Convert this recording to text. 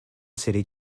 city